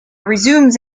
resumes